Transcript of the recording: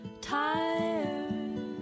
tired